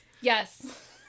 Yes